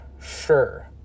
Sure